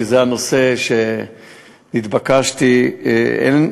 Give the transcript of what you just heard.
שזה הנושא שהתבקשתי לדבר עליו.